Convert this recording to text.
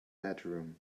bedroom